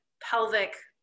pelvic